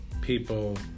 people